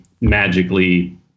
magically